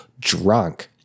drunk